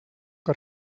que